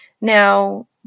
Now